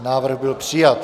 Návrh byl přijat.